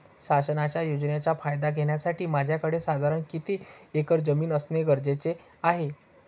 शासनाच्या योजनेचा फायदा घेण्यासाठी माझ्याकडे साधारण किती एकर जमीन असणे गरजेचे आहे?